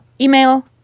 email